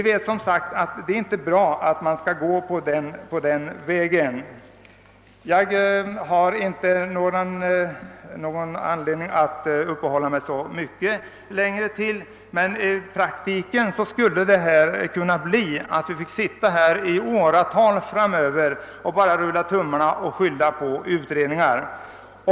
Det bleve inte någon bra väg. Jag har inte anledning att så mycket längre uppehålla mig vid detta, men en sådan metod skulle i praktiken leda till att vi i åratal framöver skulle få sitta och rulla tummarna i avvaktan på utredningen.